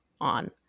on